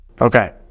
Okay